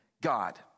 God